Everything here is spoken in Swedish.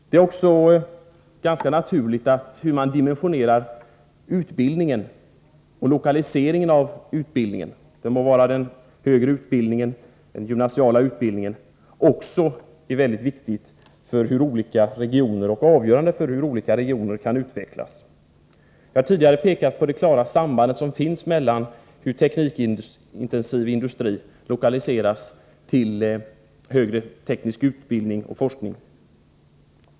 Det är också ganska naturligt att dimensioneringen och lokaliseringen av utbildningen — det må vara den högre utbildningen eller den gymnasiala utbildningen — är avgörande för hur olika regioner kan utvecklas. Jag har tidigare pekat på det klara samband som råder i fråga om hur teknikintensiv industri lokaliseras till högre teknisk utbildning och forskning.